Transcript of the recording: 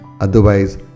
Otherwise